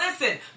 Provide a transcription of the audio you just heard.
listen